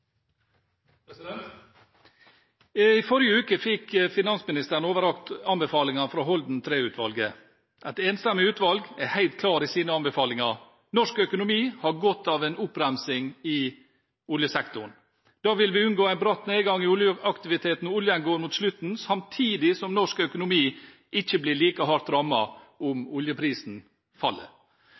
klar i sine anbefalinger: Norsk økonomi har godt av en oppbremsing i oljesektoren. Da vil vi unngå en bratt nedgang i oljeaktiviteten når oljen går mot slutten, samtidig som norsk økonomi ikke blir like hardt rammet om oljeprisen faller.